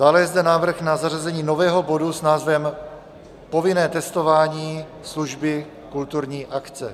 Dále je zde návrh na zařazení nového bodu s názvem Povinné testování, služby, kulturní akce.